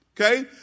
okay